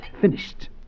Finished